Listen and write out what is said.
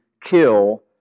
kill